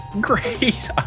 great